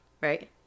right